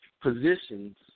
positions